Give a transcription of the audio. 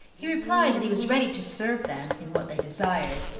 he replied, that he was ready to serve them in what they desired,